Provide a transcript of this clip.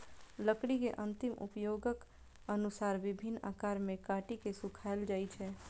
लकड़ी के अंतिम उपयोगक अनुसार विभिन्न आकार मे काटि के सुखाएल जाइ छै